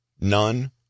None